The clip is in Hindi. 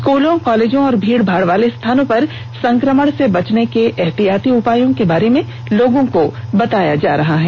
स्कूलों कॉलेजों और भीड़भाड़ वाले स्थानों पर संक्रमण से बचने के एहतियाती उपायों के बारे में लोगों को बताया जा रहा है